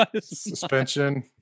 Suspension